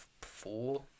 four